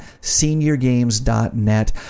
seniorgames.net